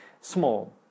small